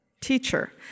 Teacher